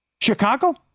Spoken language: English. Chicago